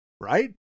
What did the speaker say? right